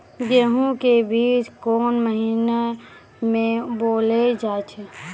गेहूँ के बीच कोन महीन मे बोएल जाए?